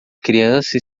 criança